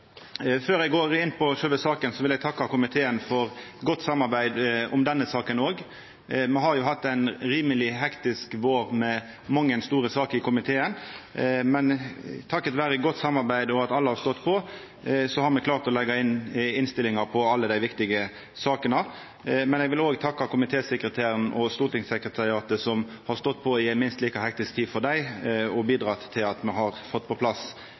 Før eg går inn på sjølve saka, vil eg takka komiteen for godt samarbeid òg om denne saka. Me har jo hatt ein rimeleg hektisk vår med mange store saker i komiteen, men på grunn av godt samarbeid og at alle har stått på, har me klart å gje innstillingar i alle dei viktige sakene. Eg vil òg takka komitésekretæren og stortingssekretariatet som har stått på i ei minst like hektisk tid for dei, og bidratt til at me har fått på plass